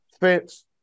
fence